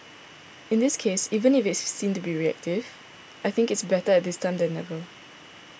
in this case even if seen to be reactive I think it's better at this time than never